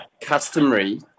customary